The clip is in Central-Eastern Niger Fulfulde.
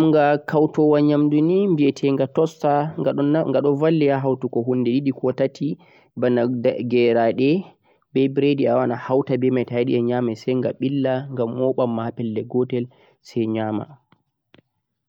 jamgha kautowo nyamdu ni bhitegha toaster gha do valle ha hautugo hunde didi ko tati ban gerade beh biredi a wawan a hauta beh mai ayidi a nyama sai gha billa gha mo ban ma ha pellel gotel sai nyama